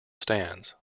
stands